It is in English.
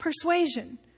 persuasion